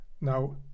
Now